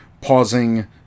pausing